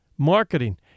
marketing